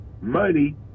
money